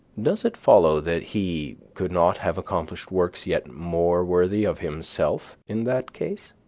does it follow that he could not have accomplished works yet more worthy of himself in that case?